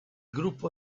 gruppo